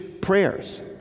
prayers